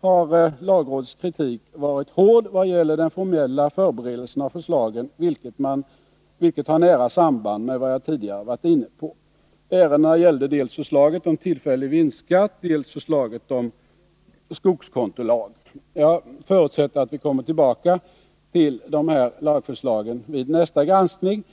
har lagrådets kritik varit hård vad gäller den formella förberedelsen av förslagen, vilket har nära samband med vad jag tidigare varit inne på. Ärendena gällde dels förslaget om tillfällig vinstskatt, dels förslaget om skogskontolag. Jag förutsätter att vi kommer tillbaka till de här lagförslagen vid nästa granskning.